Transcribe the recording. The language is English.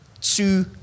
two